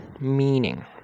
meaning